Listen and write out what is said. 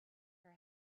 her